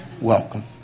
welcome